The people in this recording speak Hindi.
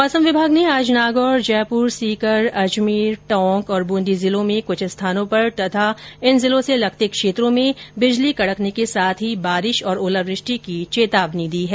मौसम विभाग ने आज नागौर जयपुर सीकर अजमेर टोंक और बूंदी जिलों में कुछ स्थानों पर तथा इन जिलों से लगते क्षेत्रों में बिजली कड़कने के साथ ही बारिश और ओलावृष्टि की भी चेतावनी दी है